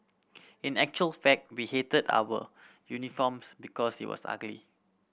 in actual fact we hated our uniforms because it was ugly